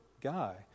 guy